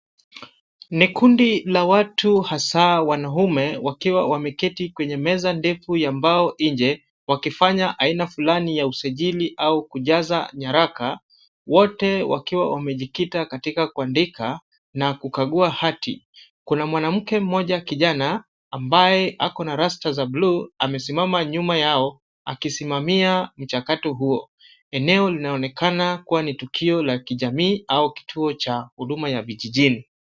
Ni kundi la watu hasa wanaume wakiwa wameketi kwenye meza ndefu ya mbao nje wakifanya aina fulani ya usajili au kujaza nyaraka wote wakiwa wamejikita katika kuandika na kukagua hati. Kuna mwanamke mmoja kijana ambaye akona rasta za blue amesimama nyuma yao akisimamia mchakato huo. Eneo linaonekana kuwa ni tukio la kijamii au kituo cha huduma ya vijijini.